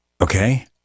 okay